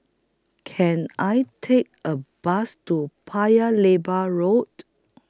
Can I Take A Bus to Paya Lebar Road